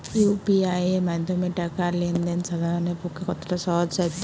UPI এর মাধ্যমে টাকা লেন দেন সাধারনদের পক্ষে কতটা সহজসাধ্য?